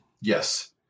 Yes